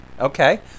Okay